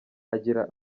agira